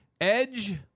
Edge